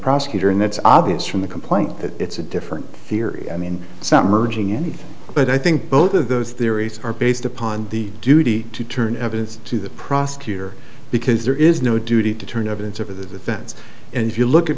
prosecutor and that's obvious from the complaint that it's a different theory i mean some urging anything but i think both of those theories are based upon the duty to turn evidence to the prosecutor because there is no duty to turn evidence over the fence and if you look at